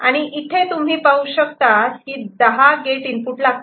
आणि इथे तुम्ही पाहू शकतात की 10 गेट इनपुट लागतात